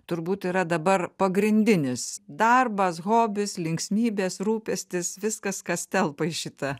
turbūt yra dabar pagrindinis darbas hobis linksmybės rūpestis viskas kas telpa į šitą